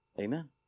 Amen